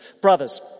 Brothers